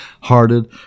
hearted